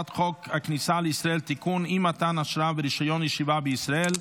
אני קובע כי הצעת חוק להענקת זכויות במקרקעין ביישוב מיעוטים